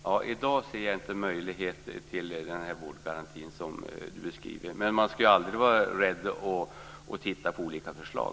Fru talman! Jag ser inte i dag någon möjlighet till en sådan vårdgaranti som Kenneth Johansson beskriver, men jag tycker att man aldrig ska vara rädd för att titta på olika förslag.